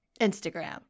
Instagram